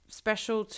special